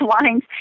lines